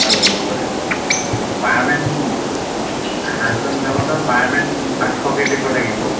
আৰু পাৰ মেন সাতজন যাব নহয় পাৰ মেন পাঁচশকৈ দিব লাগিব